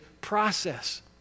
process